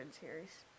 series